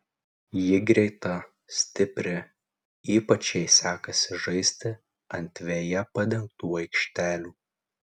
ji greita stipri ypač jai sekasi žaisti ant veja padengtų aikštelių